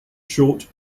short